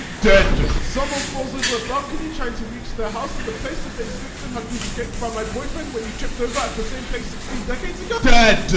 dead. someone falls over a balcony trying to reach their house and the place that they had slipped and had been scraped by my boyfriend when he tripped over at the same place sixteen decades ago dead.